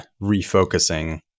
refocusing